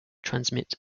transmit